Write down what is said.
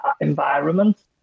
environment